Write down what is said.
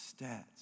stats